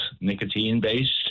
nicotine-based